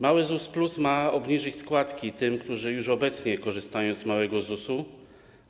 Mały ZUS plus ma obniżyć składki tym, którzy już obecnie korzystają z małego ZUS-u,